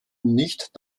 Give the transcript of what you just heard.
nicht